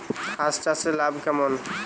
হাঁস চাষে লাভ কেমন?